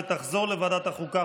ותחזור לוועדת החוקה,